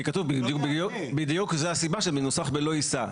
זאת בדיוק הסיבה שזה מנוסח ב"לא יישא".